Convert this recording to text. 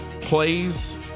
plays